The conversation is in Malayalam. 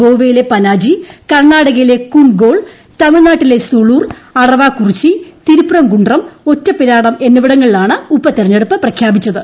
ഗോവയിലെ പനാജി കർണ്ണാടകയിലെ കുണ്ഡ് ഗോൾ തമിഴ്നാട്ടിലെ സൂളൂർ അറവാകുറിച്ചി തിരുപ്പറംകുണ്ഡ്രം ഒറ്റപിരാഡം എന്നിവിടങ്ങളിലാണ് ഉപതെരഞ്ഞെടുപ്പ് പ്രഖ്യാപിച്ചത്